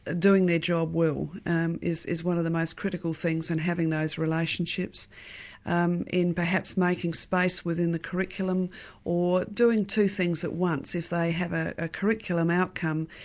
ah doing their job well is is one of the most critical things and having those relationships um in perhaps making space within the curriculum or doing two things at once. if they have a ah curriculum outcome,